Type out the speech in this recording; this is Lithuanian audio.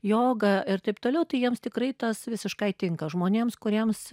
joga ir taip toliau tai jiems tikrai tas visiškai tinka žmonėms kuriems